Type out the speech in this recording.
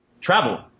travel